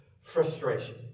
frustration